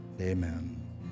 amen